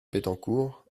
bettencourt